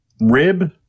rib